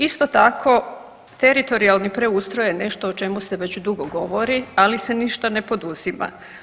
Isto tako teritorijalni preustroj je nešto o čemu se već dugo govori, ali se ništa ne poduzima.